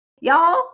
y'all